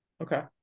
Okay